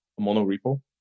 monorepo